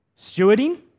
stewarding